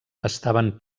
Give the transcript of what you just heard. estaven